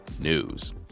news